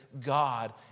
God